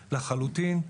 לחלוטין.